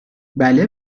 بله